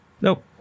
Nope